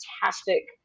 fantastic